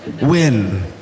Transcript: win